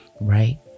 right